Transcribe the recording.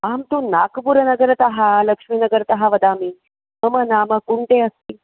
अहं तु नाक्पुरनगरतः लक्ष्मीनगतरः वदामि मम नाम कुण्टे अस्ति